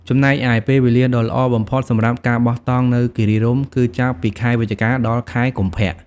ចំណែកឯ ពេលវេលាដ៏ល្អបំផុតសម្រាប់ការបោះតង់នៅគិរីរម្យគឺចាប់ពីខែវិច្ឆិកា ដល់ ខែកុម្ភៈ។